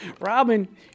robin